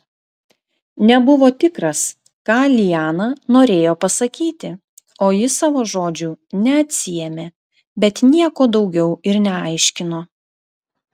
nebuvo tikras ką liana norėjo pasakyti o ji savo žodžių neatsiėmė bet nieko daugiau ir neaiškino